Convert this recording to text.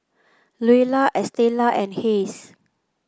Luella Estela and Hays